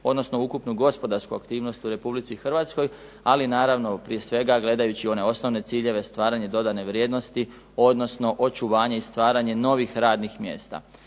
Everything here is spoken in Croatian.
odnosno ukupnu gospodarsku u Republici Hrvatskoj, ali naravno prije svega gledajući one osnovne ciljeve stvaranje dodane vrijednosti, odnosno očuvanje i stvaranje novih radnih mjesta.